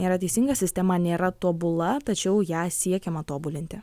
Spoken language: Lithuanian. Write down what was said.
yra teisingas sistema nėra tobula tačiau ją siekiama tobulinti